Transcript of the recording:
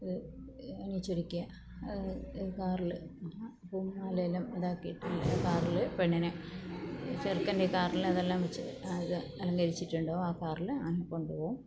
അണിയിച്ചൊരുക്കിയ കാറിൽ പൂമാലയെല്ലാം ഇതാക്കിയിട്ടുള്ള കാറിൽ പെണ്ണിനെ ചെറുക്കൻ്റെ കാറിൽ അതെല്ലാം വെച്ച് അത് അലങ്കരിച്ചിട്ടുണ്ടാവും ആ കാറിൽ അങ്ങ് കൊണ്ടുപോവും